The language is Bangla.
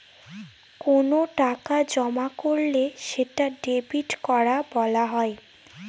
কোনো টাকা জমা করলে সেটা ডেবিট করা বলা হয়